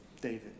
David